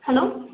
hello